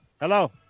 Hello